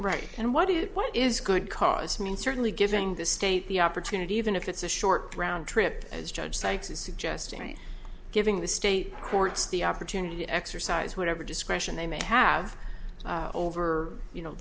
right and what do you what is good cause mean certainly giving the state the opportunity even if it's a short round trip as judge sykes is suggesting giving the state courts the opportunity to exercise whatever discretion they may have over you know